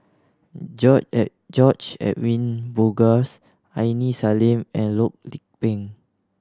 George Edwin Bogaars Aini Salim and Loh Lik Peng